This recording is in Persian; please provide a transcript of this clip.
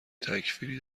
تکفیری